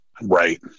Right